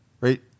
right